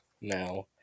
now